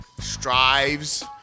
strives